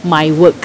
my work